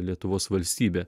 lietuvos valstybę